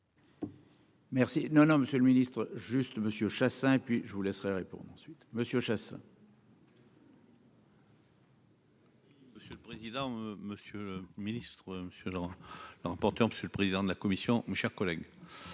Merci, non, non, Monsieur le Ministre juste Monsieur Chassaing, et puis je vous laisserais répondre ensuite, Monsieur Chassin. Monsieur le président, monsieur le ministre, monsieur Jean l'a emporté en monsieur le président de la commission, chers collègues,